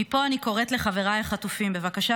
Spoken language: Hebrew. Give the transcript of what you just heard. מפה אני קוראת לחבריי החטופים: בבקשה,